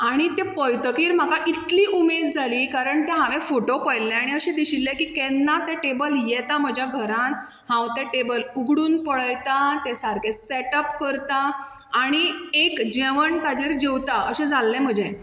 आनी तें पळयतकीर म्हाका इतली उमेद जाली कारण ते हांवें फोटो पळयल्ले आनी अशें दिशिल्लें की केन्ना तें टेबल येता म्हज्या घरांत हांव तें टेबल उगडून पळयतां तें सारकें सॅटअप करतां आनी एक जेवण ताजेर जेवता अशें जाल्लें म्हजें